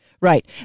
Right